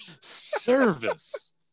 service